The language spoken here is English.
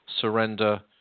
surrender